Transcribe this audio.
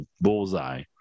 bullseye